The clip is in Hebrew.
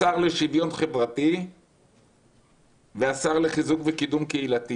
השר לשוויון חברתי והשר לחיזוק ולקידום קהילתי